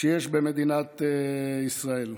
שיש במדינת ישראל.